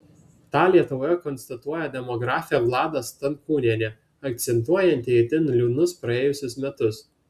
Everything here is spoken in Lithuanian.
tą lietuvoje konstatuoja demografė vlada stankūnienė akcentuojanti itin liūdnus praėjusius metus